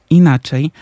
inaczej